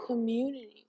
Community